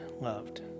loved